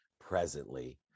presently